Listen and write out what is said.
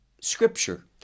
scripture